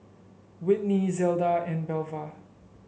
Whitney Zelda and Belva